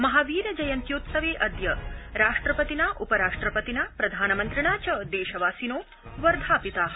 महावीर जयन्त्योत्वसे अद्य राष्ट्रपतिना उपराष्ट्रपतिना प्रधानमन्त्रिणा च देशवासिनो वर्धापिता